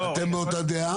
אתם באותה דעה?